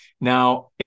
now